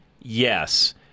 yes